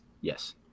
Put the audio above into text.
Yes